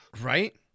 Right